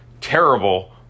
terrible